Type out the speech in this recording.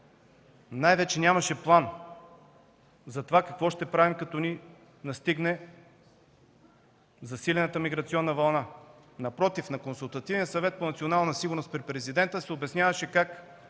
най-вече нямаше план какво ще правим, когато ни застигне засилената миграционна вълна. Напротив, на Консултативен съвет по национална сигурност при Президента се обясняваше как